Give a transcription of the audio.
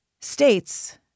States